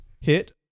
Hit